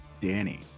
Danny